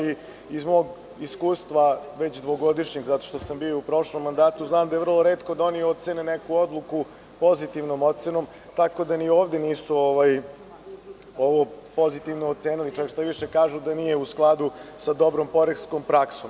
Iz mog iskustva, već dvogodišnjeg, zato što sam bio u prošlom mandatu, znam da je vrlo retko da oni ocene neku odluku pozitivnom ocenom, tako da ni ovde nisu ovo pozitivno ocenili, čak šta više, kažu da nije u skladu sa dobrom poreskom praksom.